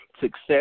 Success